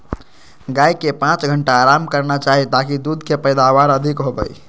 गाय के पांच घंटा आराम करना चाही ताकि दूध के पैदावार अधिक होबय